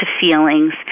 feelings